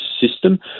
system